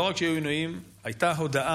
לא רק שהיו עינויים, הייתה הודאה.